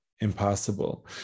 impossible